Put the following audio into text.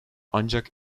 ancak